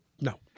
No